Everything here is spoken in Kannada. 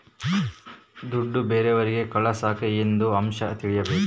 ದುಡ್ಡು ಬೇರೆಯವರಿಗೆ ಕಳಸಾಕ ಏನೇನು ಅಂಶ ತಿಳಕಬೇಕು?